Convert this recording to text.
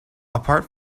apart